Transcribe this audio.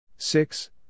Six